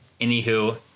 anywho